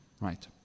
Right